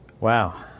Wow